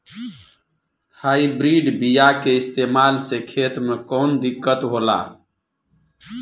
Hybrid बीया के इस्तेमाल से खेत में कौन दिकत होलाऽ?